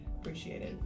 appreciated